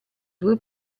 due